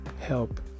help